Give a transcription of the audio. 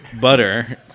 Butter